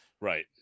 Right